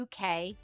UK